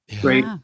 Great